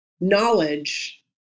knowledge